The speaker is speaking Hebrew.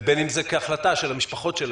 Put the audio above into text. ובין אם זה כהחלטה של המשפחות שלהם,